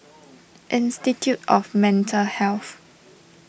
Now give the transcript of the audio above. Institute of Mental Health